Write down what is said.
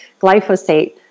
glyphosate